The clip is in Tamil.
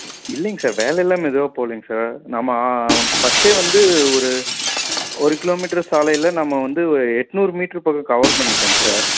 இ இல்லைங்க சார் வேலையெலாம் மெதுவாக போலைங்க சார் நம்ம ஃபஸ்ட்டே வந்து ஒரு ஒரு கிலோமீட்ரு சாலையில் நம்ம வந்து ஒரு எட்நூறு மீட்ரு பக்கம் கவர் பண்ணிட்டேங்க சார்